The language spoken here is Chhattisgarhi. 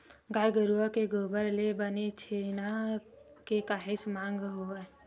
गाय गरुवा के गोबर ले बने छेना के काहेच मांग हवय